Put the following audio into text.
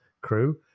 crew